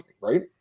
right